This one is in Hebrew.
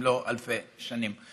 אם לא אלפי שנים.